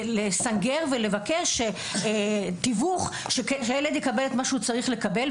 לסנגר ולבקש תיווך כדי שהילד יקבל את מה שהוא צריך לקבל.